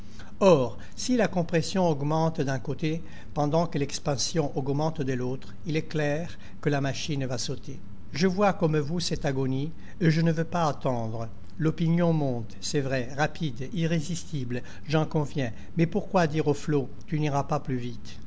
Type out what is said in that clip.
or si la compression augmente d'un côté pendant que l'expansion augmente de l'autre il est clair que la machine va sauter je vois comme vous cette agonie et je ne veux pas attendre l'opinion monte c'est vrai rapide irrésistible j'en conviens mais pourquoi dire au flot tu n'iras pas plus vite